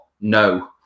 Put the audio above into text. no